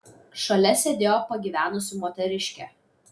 šalia sėdėjo pagyvenusi moteriškė